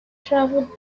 traveled